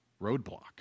roadblocks